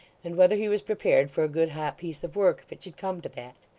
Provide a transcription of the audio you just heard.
and whether he was prepared for a good hot piece of work if it should come to that.